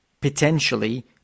potentially